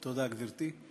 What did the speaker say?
תודה, גברתי.